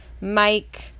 Mike